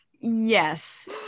Yes